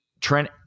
Trent